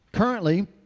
Currently